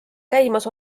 käimas